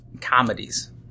comedies